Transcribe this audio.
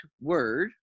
word